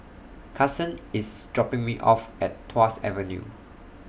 Kason IS dropping Me off At Tuas Avenue